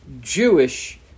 Jewish